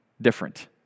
different